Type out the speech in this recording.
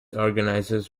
organisers